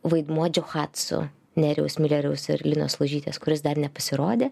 vaidmuo džiuchatsu nerijaus mileriaus ir linos lužytės kuris dar nepasirodė